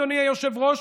אדוני היושב-ראש,